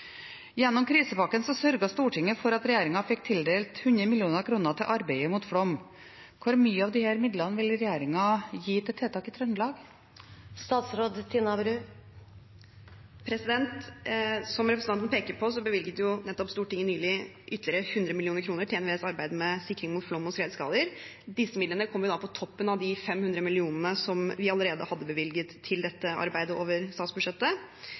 Gjennom krisepakken sørget Stortinget for at regjeringen fikk tildelt 100 mill. kr til arbeidet mot flom. Hvor mye av disse midlene vil regjeringen gi til tiltak i Trøndelag?» Som representanten peker på, bevilget jo nettopp Stortinget nylig ytterlige 100 mill. kr til NVEs arbeid med sikring mot flom og skredskader. Disse midlene kom på toppen av de 500 millionene som vi allerede hadde bevilget til dette arbeidet over statsbudsjettet.